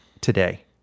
today